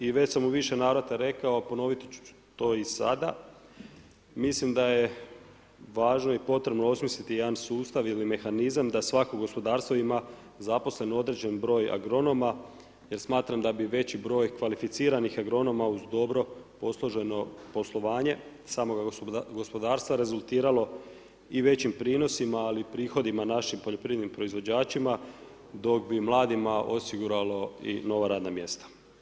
I već sam u više navrata rekao, ponovit ću to i sada, mislim da je važno i potrebno osmisliti jedan sustav, jedan mehanizam, da svatko gospodarstvo ima zaposlen određeni broj agronoma jer smatram da bi veći broj kvalificiranih agronoma uz dobro posloženo poslovanje samoga gospodarstva rezultiralo i većim prinosima ali i prihodima našim poljoprivrednim proizvođačima dok bi mladima osiguralo i nova radna mjesta.